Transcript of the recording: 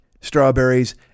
strawberries